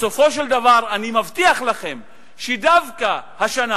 לסיום דברי, אין לי ספק שדווקא השנה